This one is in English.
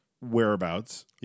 whereabouts